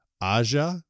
Aja